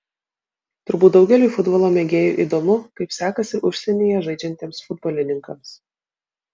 turbūt daugeliui futbolo mėgėjų įdomu kaip sekasi užsienyje žaidžiantiems futbolininkams